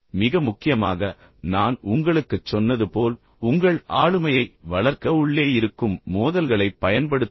மிக முக்கியமாக நான் உங்களுக்குச் சொன்னது போல் உங்கள் ஆளுமையை வளர்க்க உள்ளே இருக்கும் மோதல்களைப் பயன்படுத்துங்கள்